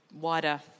wider